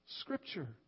Scripture